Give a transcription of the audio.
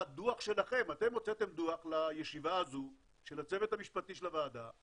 אתם הוצאתם דוח לישיבה הזו של הצוות המשפטי של הוועדה,